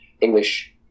English